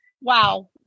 Wow